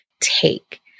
take